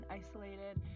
isolated